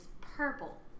purple